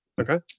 Okay